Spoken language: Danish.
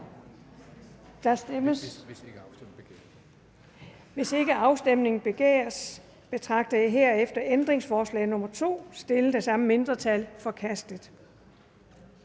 Hvis ikke afstemning begæres, betragter jeg herefter ændringsforslag nr. 2, stillet af det samme mindretal, som forkastet.